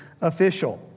official